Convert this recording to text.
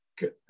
Good